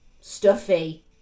stuffy